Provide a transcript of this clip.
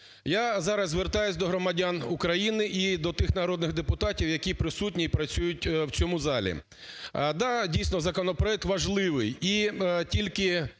Я зараз звертаюсь до громадян України і до тих народних депутатів, які присутні і працюють в цьому залі. Да, дійсно, законопроект важливий.